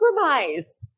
compromise